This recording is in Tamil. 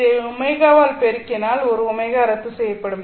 இதை ω ஆல் பெருக்கினால் ஒரு ω ரத்துசெய்யப்படும்